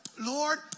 Lord